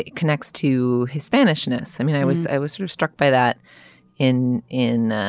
connects to his spanish ness. i mean i was i was sort of struck by that in in